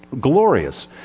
Glorious